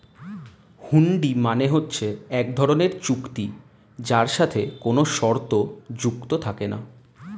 হুন্ডি মানে হচ্ছে এক ধরনের চুক্তি যার সাথে কোনো শর্ত যুক্ত থাকে না